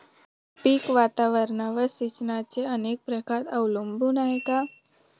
पीक वातावरणावर सिंचनाचे अनेक प्रकार अवलंबून आहेत का?